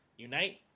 Unite